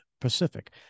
Pacific